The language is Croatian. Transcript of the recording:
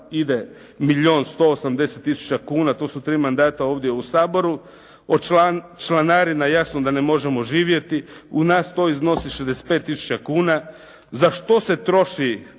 180 tisuća kuna, to su tri mandata ovdje u Saboru. Od članarina jasno da ne možemo živjeti, u nas to iznosi 65 tisuća kuna. Za što se troši